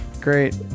great